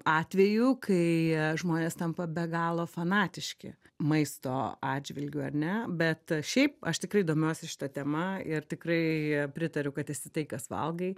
atvejų kai žmonės tampa be galo fanatiški maisto atžvilgiu ar ne bet šiaip aš tikrai domiuosi šita tema ir tikrai pritariu kad esi tai kas valgai